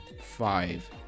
five